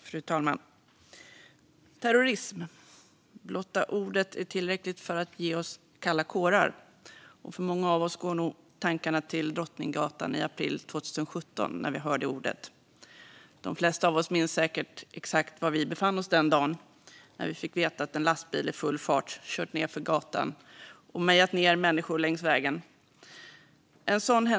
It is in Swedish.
Fru talman! Terrorism. Blotta ordet är tillräckligt för att ge oss kalla kårar. Och för många av oss går nog tankarna till Drottninggatan i april 2017, när vi hör det ordet. De flesta av oss minns säkert exakt var vi befann oss den dagen när vi fick veta att en lastbil i full fart kört nedför gatan och mejat ned människor längs vägen.